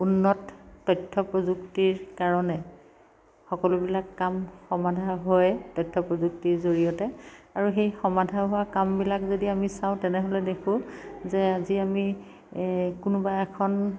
উন্নত তথ্য় প্ৰযুক্তিৰ কাৰণে সকলোবিলাক কাম সমাধা হয় তথ্য় প্ৰযুক্তিৰ জৰিয়তে আৰু সেই সমাধা হোৱা কামবিলাক যদি আমি চাওঁ তেনেহ'লে দেখোঁ যে আজি আমি কোনোবা এখন